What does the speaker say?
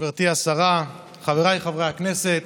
גברתי השרה, חבריי חברי הכנסת,